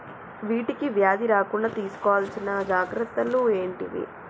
వీటికి వ్యాధి రాకుండా తీసుకోవాల్సిన జాగ్రత్తలు ఏంటియి?